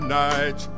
night